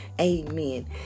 Amen